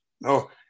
No